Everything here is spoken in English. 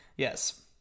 Yes